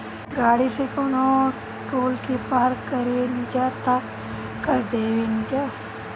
गाड़ी से कवनो टोल के पार करेनिजा त कर देबेनिजा